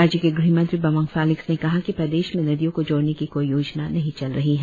राज्य के ग़हमंत्री बामंग फेलिक्स ने कहा कि प्रदेश में नदियों को जोड़ने की कोई योजना नहीं चल रही है